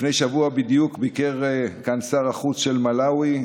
לפני שבוע בדיוק ביקר כאן שר החוץ של מלאווי,